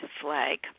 flag